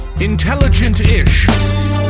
Intelligent-ish